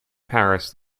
paris